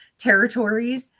territories